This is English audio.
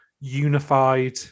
unified